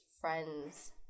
friend's